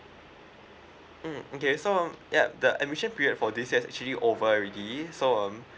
mm okay so um yup the admission period for this has actually over already so um